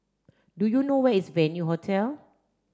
do you know where is Venue Hotel